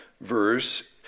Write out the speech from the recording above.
verse